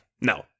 No